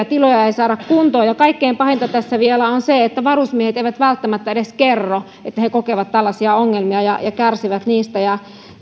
tiloja ei saada kuntoon kaikkein pahinta tässä vielä on se että varusmiehet eivät välttämättä edes kerro että he kokevat tällaisia ongelmia ja ja kärsivät niistä